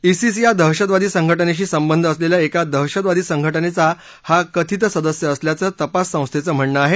ISIS या दहशतवादी संघटनेशी संबंध असलेल्या एका दहशतवादी संघटनेचा हा कथित सदस्य असल्याचं तपास संस्थेचं म्हणणं आहे